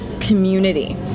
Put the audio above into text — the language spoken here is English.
community